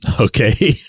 Okay